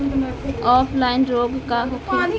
Offline रोग का होखे?